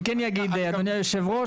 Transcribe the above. מסגרת התקציב תעלה כי מספרי העולים